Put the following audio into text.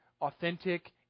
authentic